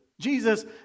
Jesus